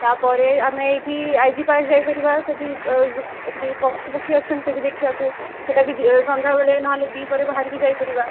ତାପରେ ଆମେ ଏଇଠି ଆଇ ଜି ପାର୍କ୍ ଯାଇପାରିବା ସେଠି ଏମିତି ପଶୁ ପକ୍ଷୀ ଅଛନ୍ତି ସେଠି ଦେଖିବାକୁ ସେଇଟା ସନ୍ଧ୍ୟାବେଳେ ନ ହେଲେ ଦିପହରେ ବାହରିକି ଯାଇପାରିବା